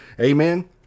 amen